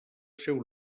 seu